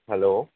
hello